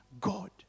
God